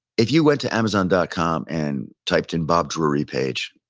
if you went to amazon dot com and typed in bob drury page,